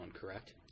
correct